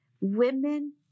Women